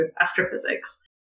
astrophysics